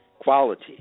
Quality